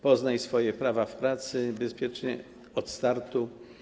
Poznaj swoje prawa w pracy”, „Bezpiecznie od startu”